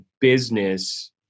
business